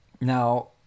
Now